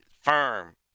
Firm